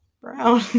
Brown